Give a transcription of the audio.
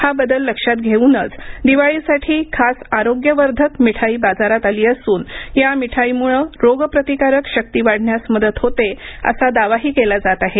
हा बदल लक्षात घेऊनच दिवाळीसाठी खास आरोग्यवर्धक मिठाई बाजारात आली असून या मिठाईमुळं रोगप्रतिकारक शक्ती वाढण्यास मदत होते असा दावाही केला जात आहे